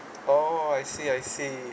oh I see I see